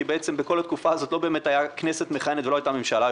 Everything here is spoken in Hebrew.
כי בעצם בכל התקופה הזאת לא באמת הייתה כנסת מכהנת ולא הייתה ממשלה.